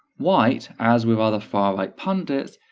white, as with other far-right pundits,